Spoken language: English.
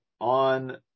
on